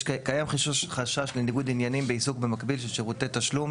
קיים חשש לניגוד עניינים לעיסוק במקביל של שירותי תשלום